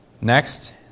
Next